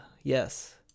yes